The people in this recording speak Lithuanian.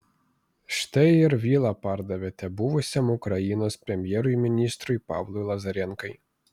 štai ir vilą pardavėte buvusiam ukrainos premjerui ministrui pavlui lazarenkai